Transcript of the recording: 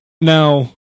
Now